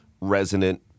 resonant